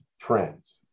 trends